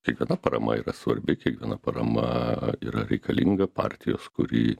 kiekviena parama yra svarbi kiekviena parama yra reikalinga partijos kuri